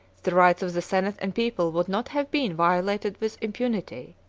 the rights of the senate and people would not have been violated with impunity.